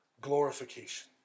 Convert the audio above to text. Glorification